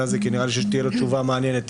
הזה כי נראה לי שתהיה לו תשובה מעניינת,